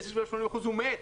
עסק שנפגע ב-80% הוא מת.